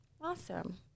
Awesome